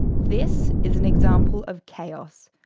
this is an example of chaos,